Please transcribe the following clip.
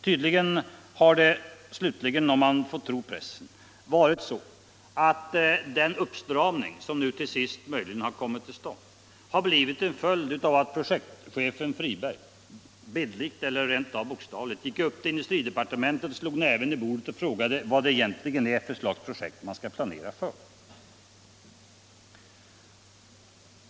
Tydligen har det slutligen, om man får tro pressen, varit så att den uppstramning som nu till sist möjligen har kommit till stånd har blivit en följd av att projektchefen Friberg bildligt eller rent av bokstavligt gick upp till industridepartementet, slog näven i bordet och frågade vad det egentligen är för slags projekt man skall planera för.